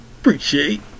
appreciate